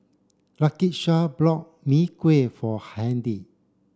Lakisha bought Mee Kuah for Handy